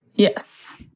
yes.